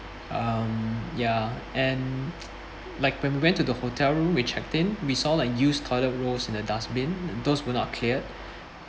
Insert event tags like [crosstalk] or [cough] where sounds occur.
um ya and [noise] like when we went to the hotel room we checked in we saw like used toilet rolls in the dustbin those were not cleared